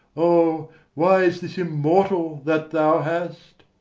or why is this immortal that thou hast?